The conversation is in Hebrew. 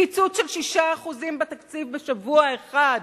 קיצוץ של 6% בתקציב בשבוע אחד,